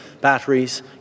batteries